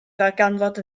ddarganfod